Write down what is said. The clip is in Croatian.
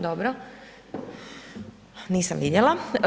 Dobro, nisam vidjela.